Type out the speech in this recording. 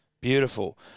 Beautiful